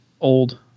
old